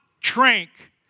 drink